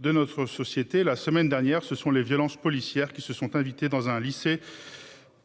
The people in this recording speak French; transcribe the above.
de notre société la semaine dernière, ce sont les violences policières qui se sont invités dans un lycée.